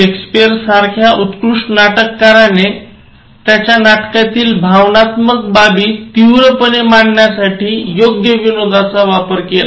Shakespeare सारख्या उत्कृष्ट नाटककाराने त्यांच्या नाटकातील भावनात्मक बाबी तीव्रपणे मांडण्यासाठी योग्य विनोदाचा वापर केला